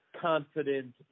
confident